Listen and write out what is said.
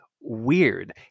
weird